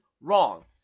wrong